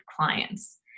clients